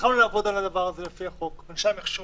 התחלנו לעבוד על הדבר הזה לפי החוק, אנשי המחשוב.